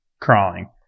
crawling